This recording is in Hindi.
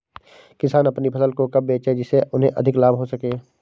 किसान अपनी फसल को कब बेचे जिसे उन्हें अधिक लाभ हो सके?